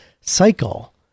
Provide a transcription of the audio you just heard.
cycle